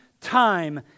time